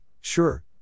sure